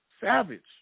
Savage